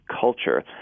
culture